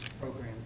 programs